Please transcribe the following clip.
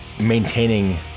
maintaining